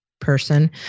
person